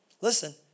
Listen